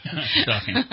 Shocking